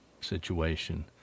situation